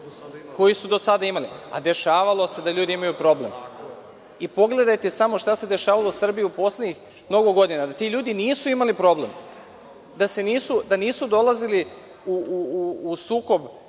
koji su do sada imali, a dešavalo se da ljudi imaju problem. Pogledajte samo šta se dešavalo u Srbiji u poslednjih mnogo godina. Da ti ljudi nisu imali problem, da nisu dolazili u sukob